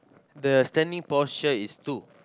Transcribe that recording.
the standing posture is two